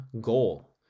goal